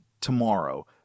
tomorrow